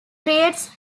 creates